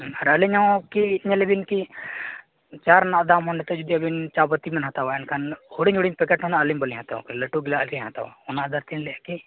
ᱟᱨ ᱟᱹᱞᱤᱧᱦᱚᱸ ᱠᱤ ᱧᱮᱞᱮᱫᱟᱞᱤᱧ ᱠᱤ ᱪᱟ ᱨᱮᱱᱟᱜ ᱫᱟᱢᱦᱚᱸ ᱱᱤᱛᱚᱜ ᱟᱵᱮᱱ ᱪᱟ ᱯᱟᱹᱛᱤᱵᱮᱱ ᱦᱟᱛᱟᱣᱟ ᱮᱱᱠᱷᱟᱱ ᱦᱩᱰᱤᱧ ᱦᱩᱰᱤᱧ ᱯᱮᱠᱮᱴ ᱠᱷᱚᱱ ᱵᱟᱹᱞᱤᱧ ᱦᱟᱛᱟᱣᱟ ᱞᱟᱹᱴᱩ ᱜᱮᱞᱟᱣᱟᱜ ᱜᱮᱞᱤᱧ ᱦᱟᱛᱟᱣᱟ ᱚᱱᱟᱫᱚ ᱠᱤ